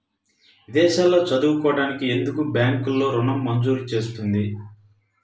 విదేశాల్లో చదువుకోవడానికి ఎందుకు బ్యాంక్లలో ఋణం మంజూరు చేస్తుంది?